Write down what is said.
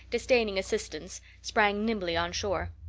disdaining assistance, sprang nimbly on shore.